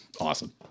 Awesome